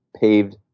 paved